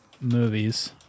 movies